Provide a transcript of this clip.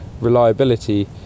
reliability